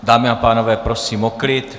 Dámy a pánové, prosím o klid.